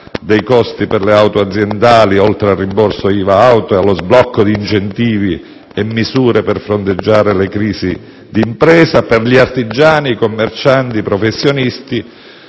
dei costi per le auto aziendali oltre al rimborso IVA auto e allo sblocco di incentivi e misure per fronteggiare le crisi d'impresa, per gli artigiani, i commercianti e i professionisti